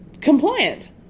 compliant